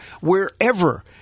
wherever